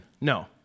No